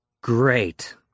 Great